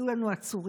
היו לנו עצורים.